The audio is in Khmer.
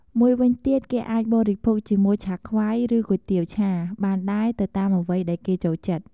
មួយវិញទៀតគេអាចបរិភោគជាមួយឆាខ្វៃ ឬគុយទាវឆា បានដែរទៅតាមអ្វីដែរគេចូលចិត្ត។